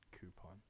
coupon